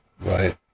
Right